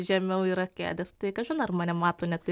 žemiau yra kėdės tai kažin ar mane mato net